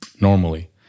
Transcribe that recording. normally